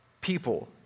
people